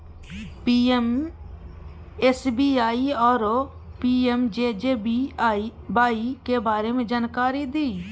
PMSBY आरो PMJJBY के बारे मे जानकारी दिय?